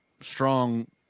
strong